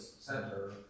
center